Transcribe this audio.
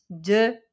de